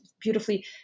beautifully